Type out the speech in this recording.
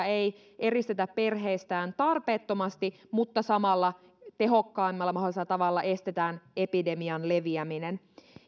ei eristetä perheistään tarpeettomasti mutta samalla tehokkaimmalla mahdollisella tavalla estetään epidemian leviäminen